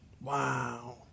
Wow